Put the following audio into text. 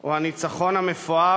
או הניצחון הגדול,